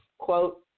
quote